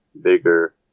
bigger